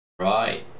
Right